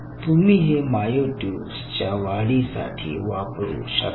तुम्ही हे मायोयुट्युब च्या वाढीसाठी वापरू शकता